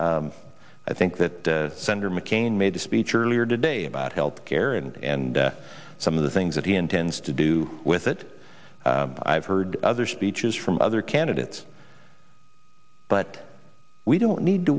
i think that under mccain made a speech earlier today about health care and and some of the things that he intends to do with it i've heard other speeches from other candidates but we don't need to